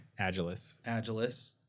agilis